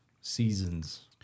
seasons